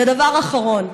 ודבר אחרון.